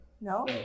No